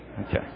Okay